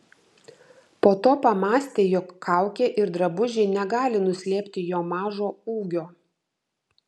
po to pamąstė jog kaukė ir drabužiai negali nuslėpti jo mažo ūgio